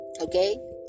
okay